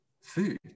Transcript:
food